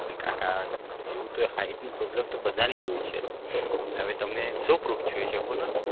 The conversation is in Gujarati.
અરે કાકા એવું તો હાઇટની પ્રોબ્લેમ તો બધાની જ હોય છે હવે તમને શું પ્રૂફ જોઈએ છે એ બોલોને